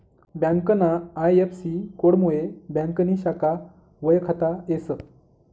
ब्यांकना आय.एफ.सी.कोडमुये ब्यांकनी शाखा वयखता येस